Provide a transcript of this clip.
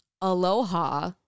Aloha